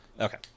Okay